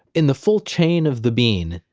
in the full chain of the bean,